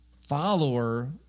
follower